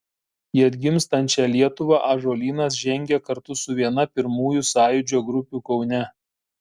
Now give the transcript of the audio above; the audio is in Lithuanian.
į atgimstančią lietuvą ąžuolynas žengė kartu su viena pirmųjų sąjūdžio grupių kaune